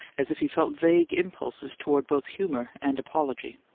as if he felt vague impulses toward both humour and apology.